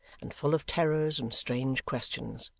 and full of terrors and strange questions.